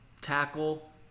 tackle